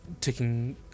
taking